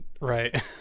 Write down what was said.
Right